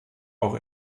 auch